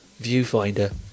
viewfinder